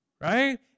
right